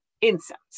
incense